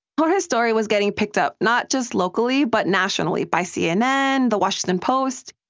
jorge's story was getting picked up not just locally but nationally, by cnn, the washington post.